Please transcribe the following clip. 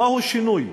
מהו שינוי?